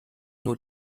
nur